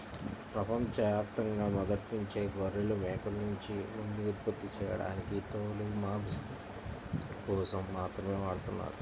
ప్రపంచ యాప్తంగా మొదట్నుంచే గొర్రెలు, మేకల్నుంచి ఉన్ని ఉత్పత్తి చేయడానికి తోలు, మాంసం కోసం మాత్రమే వాడతన్నారు